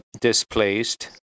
displaced